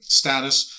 status